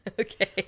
Okay